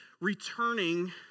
returning